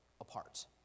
apart